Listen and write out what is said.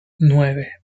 nueve